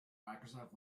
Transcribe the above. microsoft